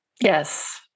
Yes